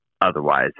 otherwise